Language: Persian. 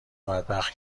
بدبخت